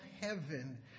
heaven